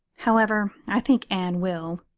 however, i think anne will.